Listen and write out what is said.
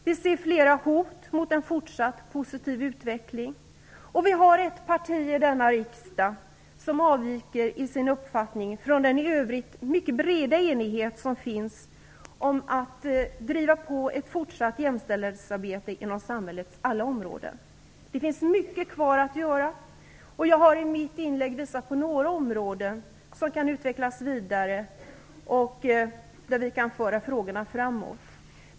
Vi ser flera hot mot en fortsatt positiv utveckling, och vi har ett parti i denna riksdag som avviker i sin uppfattning från den i övrigt mycket breda enighet som finns om att driva på ett fortsatt jämställdhetsarbete inom samhällets alla områden. Det finns mycket kvar att göra. Jag har i mitt inlägg visat på några områden som kan utvecklas vidare och där vi kan föra frågorna framåt.